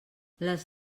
les